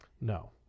No